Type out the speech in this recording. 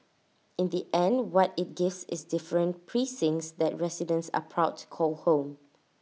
in the end what IT gives is different precincts that residents are proud to call home